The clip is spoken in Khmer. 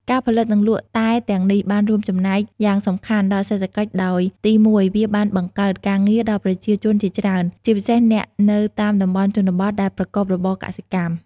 ការផលិតនិងលក់តែទាំងនេះបានរួមចំណែកយ៉ាងសំខាន់ដល់សេដ្ឋកិច្ច ដោយទី១ វាបានបង្កើតការងារ ដល់ប្រជាជនជាច្រើន ជាពិសេសអ្នកនៅតាមតំបន់ជនបទដែលប្រកបរបរកសិកម្ម។